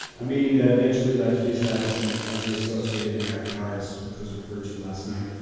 a meeting that eventually led to the establishment of the associated american artists, which was referred to last night.